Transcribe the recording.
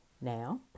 Now